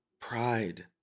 pride